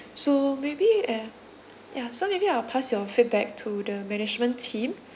so maybe uh yeah so maybe I will pass your feedback to the management team